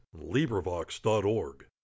LibriVox.org